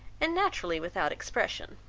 and naturally without expression